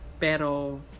Pero